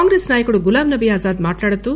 కాంగ్రెస్ నాయకుడు గులాంనబీ ఆజాద్ మాట్లాడుతూ